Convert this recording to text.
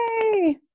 Yay